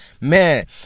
Man